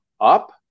up